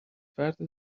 فرد